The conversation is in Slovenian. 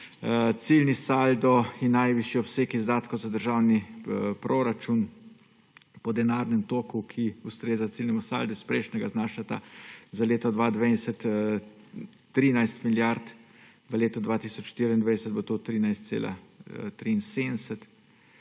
Ciljni saldo in najvišji obseg izdatkov za državni proračun po denarnem toku, ki ustrezata prejšnjemu ciljnemu saldu, znašata za leto 2020 13 milijard, v letu 2024 bo to 13,73, ciljni